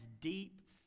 deep